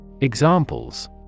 Examples